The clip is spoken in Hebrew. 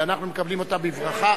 ואנחנו מקבלים אותה בברכה.